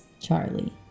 Charlie